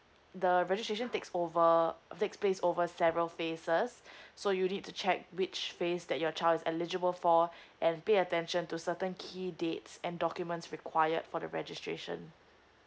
the registration takes over takes place over several phases so you need to check which phases that your child is eligible for and pay attention to certain key dates and documents required for the registration